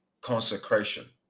consecration